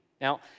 now